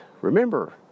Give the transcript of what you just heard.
remember